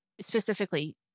specifically